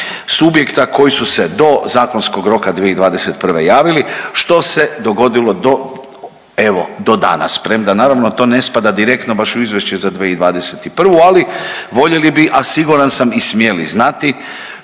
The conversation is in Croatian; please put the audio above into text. subjekta koji su se do zakonskog roka 2021. javili što se dogodilo do evo do danas prema to naravno ne spada direktno baš u izvješće, ali voljeli bi, a siguran sam i smjeli znati